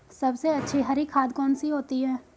सबसे अच्छी हरी खाद कौन सी होती है?